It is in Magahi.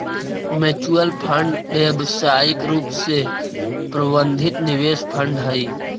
म्यूच्यूअल फंड व्यावसायिक रूप से प्रबंधित निवेश फंड हई